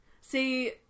See